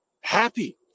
happy